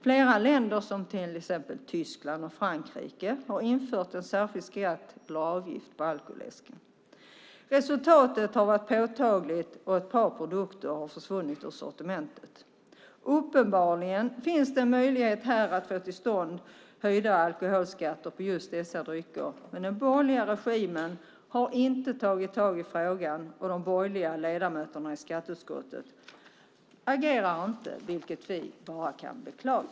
Flera länder, till exempel Tyskland och Frankrike, har infört en särskild skatt eller avgift på alkoläsk. Resultatet har varit påtagligt och ett par produkter har försvunnit ur sortimentet. Det finns uppenbarligen en möjlighet att få till stånd höjda alkoholskatter på just dessa drycker, men den borgerliga regimen har inte tagit tag i frågan och de borgerliga ledamöterna i skatteutskottet agerar inte, vilket vi bara kan beklaga.